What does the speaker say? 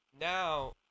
now